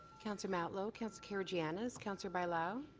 councillor matlow, councillor karygiannis, councillor bailao.